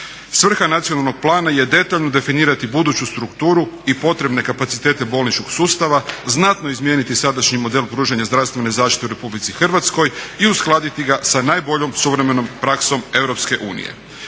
Svrha nacionalnog plana je detaljno definirati buduću strukturu i potrebne kapacitete bolničkog sustava, znatno izmijeniti sadašnji model pružanja zdravstvene zaštite u RH i uskladiti ga sa najboljom suvremenom praksom EU.